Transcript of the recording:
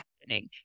happening